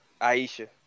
Aisha